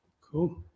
cool